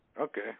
Okay